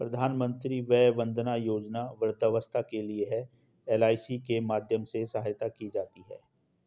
प्रधानमंत्री वय वंदना योजना वृद्धावस्था के लिए है, एल.आई.सी के माध्यम से सहायता की जाती है